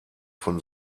von